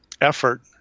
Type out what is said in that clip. effort